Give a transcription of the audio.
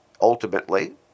ultimately